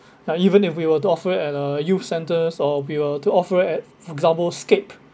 now even if we were to offer it at a youth centre or we were to offer it at example scape